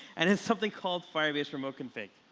and it's something called firebase remote config.